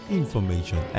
information